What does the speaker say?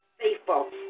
faithful